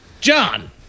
John